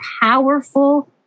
powerful